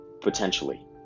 Potentially